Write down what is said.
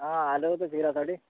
हां आलं होतं जिरासाठी